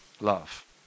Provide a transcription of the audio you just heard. love